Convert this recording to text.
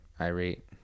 irate